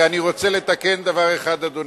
ואני רוצה לתקן דבר אחד, אדוני.